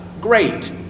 great